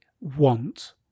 want